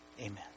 Amen